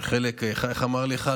חלק, איך אמר לי אחד?